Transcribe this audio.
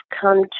come